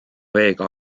veega